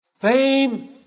fame